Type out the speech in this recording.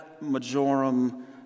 Majorum